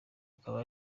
akaba